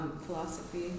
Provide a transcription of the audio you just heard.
Philosophy